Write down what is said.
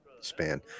span